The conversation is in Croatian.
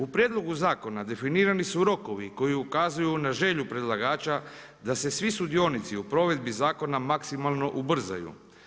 U prijedlogu zakona definirani su rokovi koji ukazuju na želju predlagača da se svi sudionici u provedbi zakona maksimalno ubrzaju.